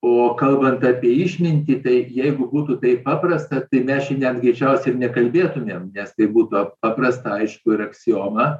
o kalbant apie išmintį tai jeigu būtų taip paprasta tai mes čia net greičiausiai ir nekalbėtumėm nes tai būtų paprasta aišku ir aksioma